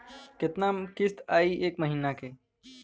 कितना किस्त आई एक महीना के?